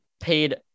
paid